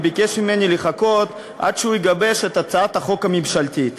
ביקש ממני לחכות עד שהוא יגבש את הצעת החוק הממשלתית.